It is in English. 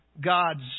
God's